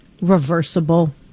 reversible